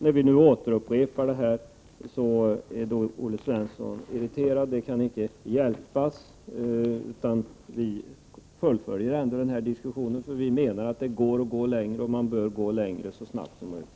När vi på nytt tar upp frågan blir Olle Svensson irriterad, men det kan inte hjälpas. Vi fullföljer ändå diskussionen, då vi anser att det är möjligt att gå längre och att det bör ske så snabbt som möjligt.